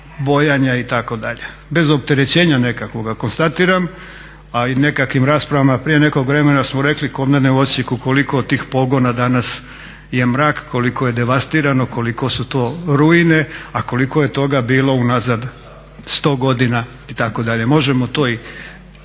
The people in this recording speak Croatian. bojanja itd. bez opterećenja nekakvoga konstatiram, a i nekakvim raspravama prije nekog vremena su rekli kod mene u Osijeku koliko tih pogona danas je mrak, koliko je devastirano, koliko su to rujne a koliko je toga bilo unazad 100 godina itd. Možemo to i konstatirati